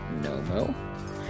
Nomo